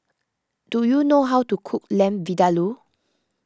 do you know how to cook Lamb Vindaloo